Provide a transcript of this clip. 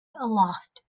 aloft